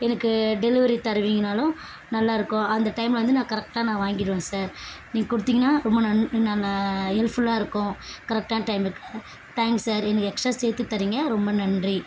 எனக்கு டெலிவரி தருவிங்கனாலும் நல்லா இருக்கும் அந்த டைம்ல வந்து நான் கரெக்டாக நான் வாங்கிடுவேன் சார் நீங்கள் கொடுத்திங்கன்னா ரொம்ப நன் நல்லா ஹெல்ப்ஃபுல்லாக இருக்கும் கரெக்டான டைமுக்கு தேங்க்ஸ் சார் எனக்கு எக்ஸ்ட்ரா சேர்த்து தரீங்க ரொம்ப நன்றி